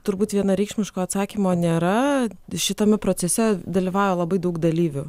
turbūt vienareikšmiško atsakymo nėra šitame procese dalyvauja labai daug dalyvių